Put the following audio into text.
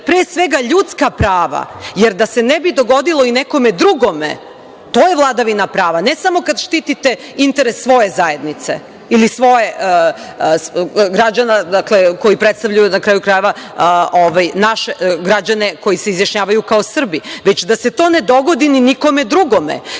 pre svega, ljudska prava, da se ne bi dogodilo i nekome drugome. To je vladavina prava, a ne samo kada štitite interes svoje zajednice ili svojih građana koji predstavljaju naše građane koji se izjašnjavaju kao Srbi, već da se to ne dogodi ni nikome drugome,